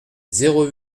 zéro